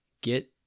get